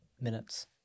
minutes